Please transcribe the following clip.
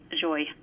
joy